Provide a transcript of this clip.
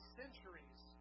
centuries